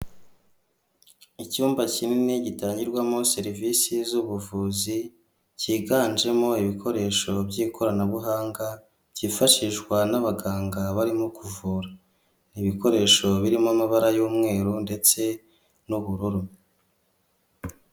Icyumba kinini gitangirwamo serivise z'ubuvuzi cyiganjemo ibikoresho by'ikoranabuhanga byifashishwa n'abaganga barimo kuvura. Ibikoresho birimo amabara y'umweru ndetse n'ubururu.